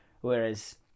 Whereas